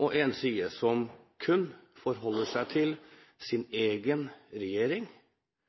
og en annen side som kun forholder seg til sin egen regjering